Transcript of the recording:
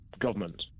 government